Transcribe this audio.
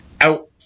Out